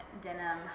denim